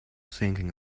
thinking